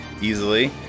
easily